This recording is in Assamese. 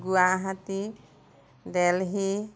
গুৱাহাটী দেলহি